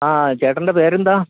ആ ചേട്ടൻ്റെ പേരെന്താണ്